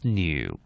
new